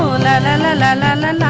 la and la la la and